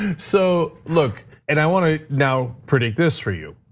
and so look, and i want to now predict this for you.